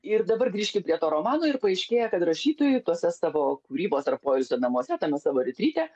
ir dabar grįžkim prie to romano ir paaiškėja kad rašytojui tuose savo kūrybos ar poilsio namuose tame savo retryte